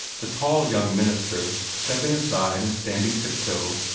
the tall young minister, stepping aside and standing tip-toe,